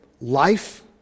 life